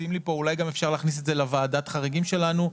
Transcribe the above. מציעים לי פה אולי גם אפשר להכניס את זה לוועדת חריגים שלנו,